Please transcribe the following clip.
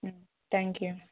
thank you